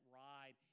ride